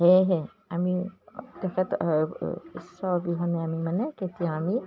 সেয়েহে আমি তেখেত ঈশ্বৰৰ অবিহনে আমি মানে কেতিয়াও আমি